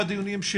זה